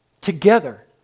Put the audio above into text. together